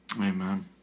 Amen